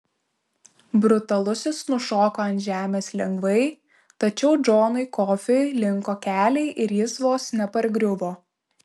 brutalusis nušoko ant žemės lengvai tačiau džonui kofiui linko keliai ir jis vos nepargriuvo